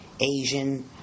Asian